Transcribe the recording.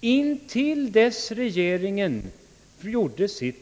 intill dess regeringen gjorde sitt diktat.